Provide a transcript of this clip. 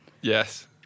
yes